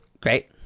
Great